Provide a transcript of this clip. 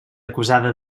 acusada